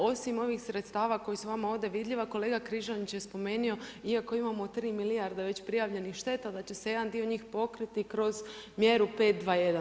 Osim onih sredstava koji su vama ovdje vidljiva kolega Križanić je spomenuo iako imamo tri milijarde već prijavljenih šteta da će se jedan dio njih pokriti kroz mjeru 521.